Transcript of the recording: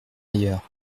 ailleurs